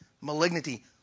malignity